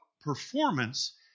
performance